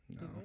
No